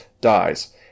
dies